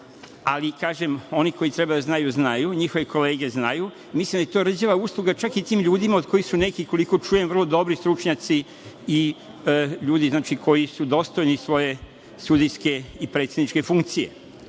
ali kažem, oni koji treba da znaju, znaju. NJihove kolege znaju. Mislim da je to rđava usluga, čak i tim ljudima od koji su neki, koliko čujem, vrlo dobri stručnjaci, i ljudi koji su dostojni svoje sudijske i predsedničke funkcije. Ali,